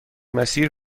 مسیر